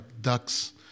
ducks